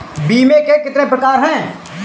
बीमे के कितने प्रकार हैं?